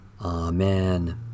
Amen